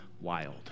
wild